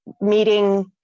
meeting